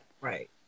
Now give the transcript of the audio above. right